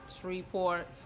shreveport